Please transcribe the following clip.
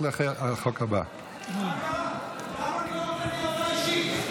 למה אתה לא מוציא הודעה אישית?